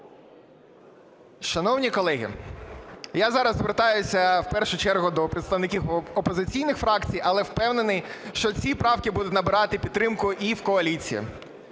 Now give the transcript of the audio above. Шановні колеги, я зараз звертаюся в першу чергу до представників опозиційних фракцій, але впевнений, що ці правки будуть набирати підтримку і в коаліції.